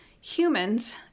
humans